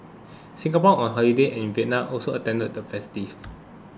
Singaporean on holiday in Vietnam also attended the festivities